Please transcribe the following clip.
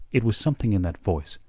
it was something in that voice,